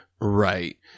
Right